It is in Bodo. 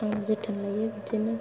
आं जोथोन लायो बिदिनो